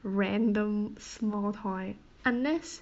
random small toy unless